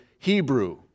Hebrew